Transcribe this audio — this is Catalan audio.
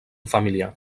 familiar